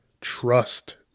Trust